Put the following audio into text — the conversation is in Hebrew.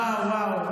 ואו, ואו.